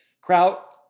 Kraut